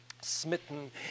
smitten